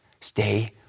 stay